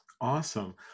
Awesome